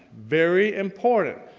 very important.